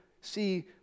see